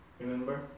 remember